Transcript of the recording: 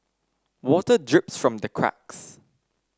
water drips from the cracks